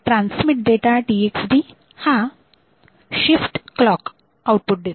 transmit data TxD हा shift clock output देतो